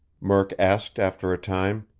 murk asked, after a time.